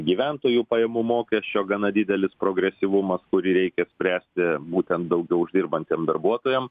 gyventojų pajamų mokesčio gana didelis progresyvumas kurį reikia spręsti būtent daugiau uždirbantiem darbuotojam